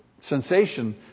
sensation